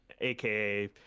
aka